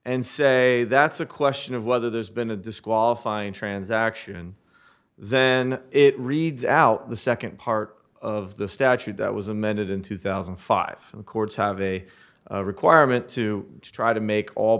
and say that's a question of whether there's been a disqualifying transaction then it reads out the second part of the statute that was amended in two thousand and five and courts have a requirement to try to make all